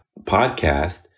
podcast